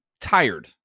tired